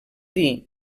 dir